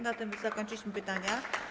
Na tym zakończyliśmy pytania.